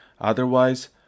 Otherwise